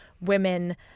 women